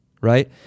right